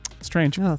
strange